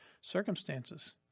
circumstances